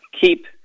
keep